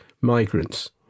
migrants